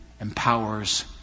empowers